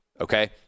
okay